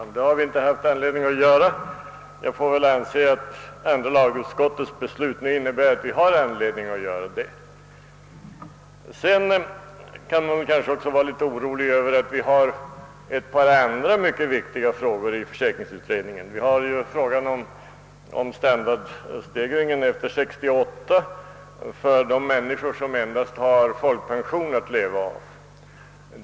Vi har hittills inte haft anledning att ta upp frågan på detta sätt, men vi får väl anse att andra lagutskottets hemställan nu innebär att så blir fallet. Man kan kanske vara litet orolig över att vi i pensionsförsäkringskommittén har ett par andra mycket viktiga frågor liggande. Vi har frågan om standardstegringen efter 1968 för de människor, som endast har folkpension att leva av.